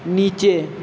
নিচে